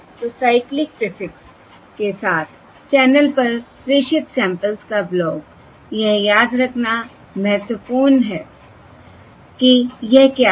तो cyclic prefix के साथ चैनल पर प्रेषित सैंपल्स का ब्लॉक यह याद रखना महत्वपूर्ण है कि यह क्या है